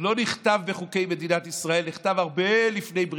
לא נכתב בחוקי מדינת ישראל,